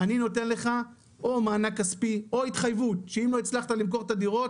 אני נותן לך או מענק כספי או התחייבות אם לא הצלחת למכור את הדירות.